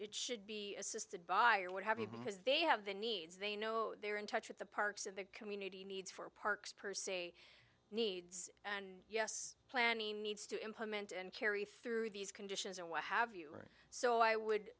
it should be assisted by or what have you because they have the needs they know they're in touch with the parks in their community needs for parks per se needs and yes planning needs to implement and carry through these conditions or what have you or so i would